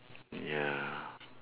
hmm ya